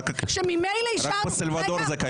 רק בסלבדור זה קיים.